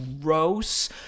gross